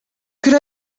could